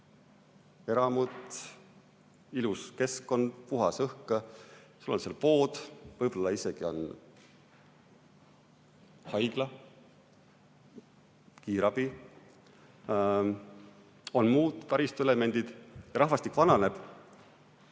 eramud, ilus keskkond, puhas õhk, sul on seal pood, võib-olla on isegi haigla, kiirabi, on muud taristuelemendid, aga rahvastik vananeb,